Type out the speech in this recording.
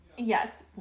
yes